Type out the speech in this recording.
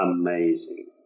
amazing